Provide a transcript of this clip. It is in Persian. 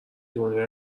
دنیا